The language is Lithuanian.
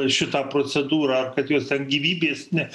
šitą procedūrą ar kad jos ten gyvybės ne